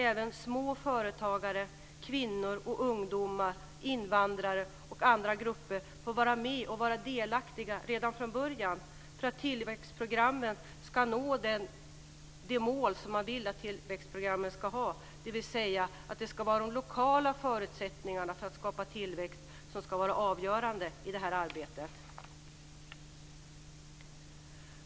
Även småföretagare, kvinnor, ungdomar, invandrare och andra grupper måste få vara delaktiga redan från början för att tillväxtprogrammen ska nå målen, dvs. att det ska vara de lokala förutsättningarna för att skapa tillväxt som ska vara avgörande i arbetet.